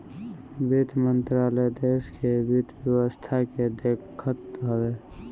वित्त मंत्रालय देस के वित्त व्यवस्था के देखत हवे